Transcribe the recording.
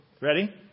Ready